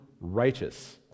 righteous